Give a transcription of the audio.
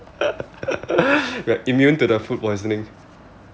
immune to the food poisoning